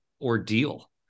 ordeal